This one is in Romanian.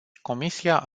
comisia